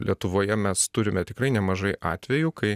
lietuvoje mes turime tikrai nemažai atvejų kai